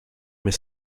mais